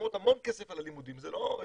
שמשלמות המון כסף על הלימודים, זה לא גמ"ח,